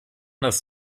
das